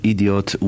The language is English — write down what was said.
Idiot